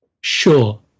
Sure